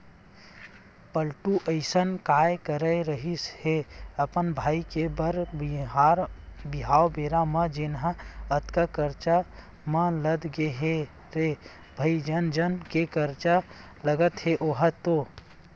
पलटू अइसन काय करे रिहिस हे अपन भाई के बर बिहाव बेरा म जेनहा अतका करजा म लद गे हे रे भई जन जन के करजा लगत हे ओहा तो